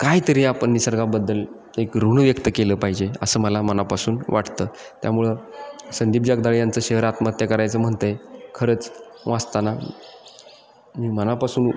कायतरी आपण निसर्गाबद्दल एक ऋण व्यक्त केलं पाहिजे असं मला मनापासून वाटतं त्यामुळं संदीप जगदाळे यांचं शहर आत्महत्या करायचं म्हणतं आहे खरंच वाचताना मनापासून